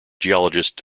geologist